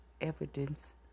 evidence